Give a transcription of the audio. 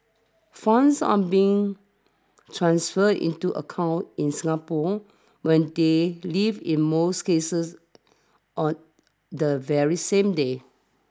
funds are being transferred into accounts in Singapore when they leave in most cases on the very same day